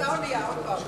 באותה אונייה, עוד פעם.